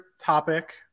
topic